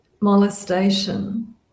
molestation